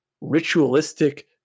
ritualistic